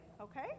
Okay